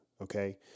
okay